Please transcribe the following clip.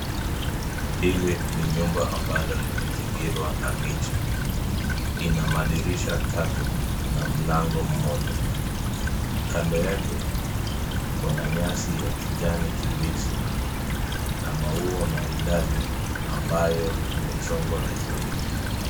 Hili ni nyumba ambalo limezingirwa na miti ina madirisha tatu na mlango mmoja, kando yake, kuna nyasi ya kijani kibichi, na maua maridadi, ambayo imechongwa vizuri.